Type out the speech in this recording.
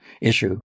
issue